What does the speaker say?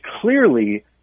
clearly